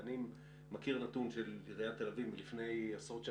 אני מכיר את הטיעון של עיריית תל אביב מלפני עשרות שנים,